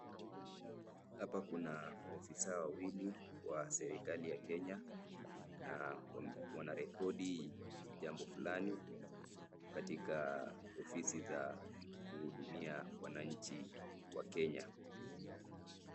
Hapa kuna maofisa wawili wa serikali ya Kenya na wanarekodi jambo fulani katika ofisi za kuhudumia wananchi wa Kenya.